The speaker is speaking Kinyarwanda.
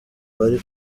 bari